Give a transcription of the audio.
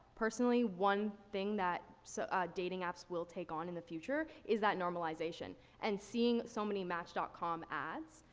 personally, one thing that s so ah, dating apps will take on in the future is that normalization. and seeing so many match dot com ads,